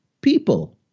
people